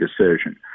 decision